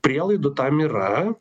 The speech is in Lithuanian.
prielaidų tam yra